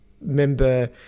Member